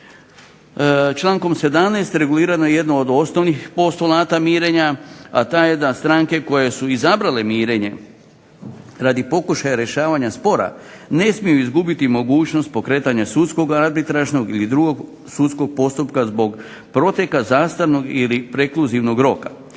Člankom 17. regulirano je jedno od osnovnih postulata mirenja, a ta je da stranke koje su izabrale mirenje radi pokušaja rješavanja spora ne smiju izgubiti mogućnost pokretanja sudskog, arbitražnog ili drugog sudskog postupka zbog proteka zastarnog ili prekluzivnog roka.